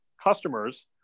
customers